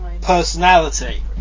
personality